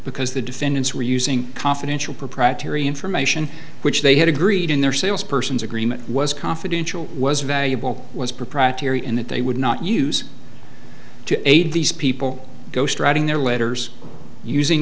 because the defendants were using confidential proprietary information which they had agreed in their sales persons agreement was confidential was valuable was proprietary and that they would not use to aid these people ghostwriting their letters using